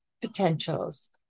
potentials